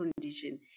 condition